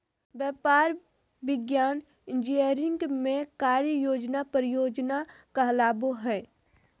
व्यापार, विज्ञान, इंजीनियरिंग में कार्य योजना परियोजना कहलाबो हइ